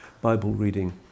Bible-reading